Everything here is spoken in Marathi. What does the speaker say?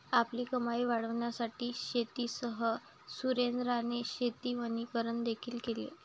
आपली कमाई वाढविण्यासाठी शेतीसह सुरेंद्राने शेती वनीकरण देखील केले